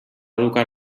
educar